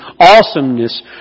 awesomeness